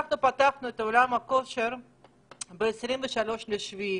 אנחנו פתחנו את אולמות הכושר ב-23 ביולי.